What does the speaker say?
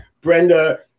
Brenda